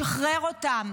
כדי לשחרר אותם.